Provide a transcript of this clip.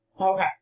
Okay